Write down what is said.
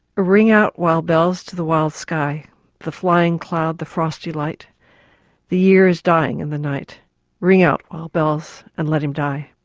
ring out wild bells, to the wild sky the flying cloud, the frosty light the year is dying in the night ring out, wild bells, and let him die.